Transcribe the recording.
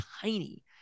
tiny